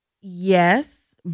Yes